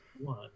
one